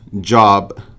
job